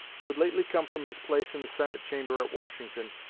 who had lately come from his place in the senate chamber at washington,